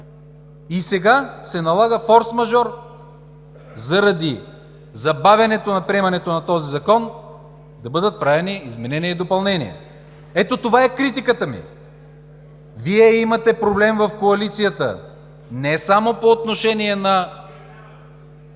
И сега се налага форсмажор заради забавянето на приемането на този закон да бъдат правени и изменения и допълнения. Ето това е критиката ми. Вие имате проблем в коалицията не само институционално